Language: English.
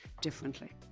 differently